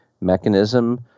mechanism